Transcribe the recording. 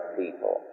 people